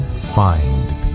Find